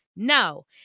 No